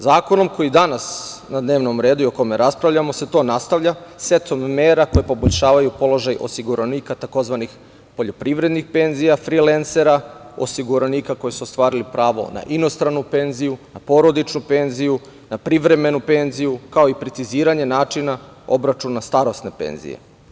Zakonom koji je danas na dnevnom redu i o kome raspravljamo, se to nastavlja, setom mera koje poboljšavaju položaj osiguranika, tzv. poljoprivrednih penzija, frilensera, osiguranika koji su ostvarili pravo na inostranu penziju, na porodičnu penziju, na privremenu penziju, kao i preciziranje načina obračuna starosne penzije.